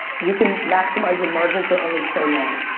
you can maximize your margin for only so long.